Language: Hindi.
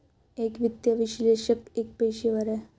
एक वित्तीय विश्लेषक एक पेशेवर है